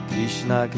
Krishna